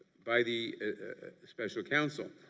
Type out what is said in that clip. by the special counsel?